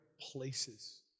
places